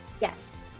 yes